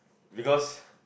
because